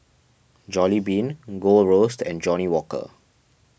Jollibean Gold Roast and Johnnie Walker